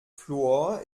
fluor